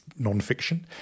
nonfiction